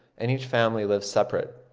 and each family lives separate.